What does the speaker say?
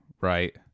right